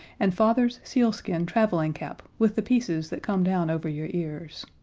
and father's sealskin traveling cap with the pieces that come down over your ears.